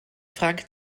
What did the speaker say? frank